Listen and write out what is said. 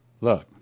Look